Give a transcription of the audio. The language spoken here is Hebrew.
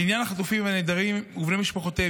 3. לעניין החטופים והנעדרים ובני משפחותיהם,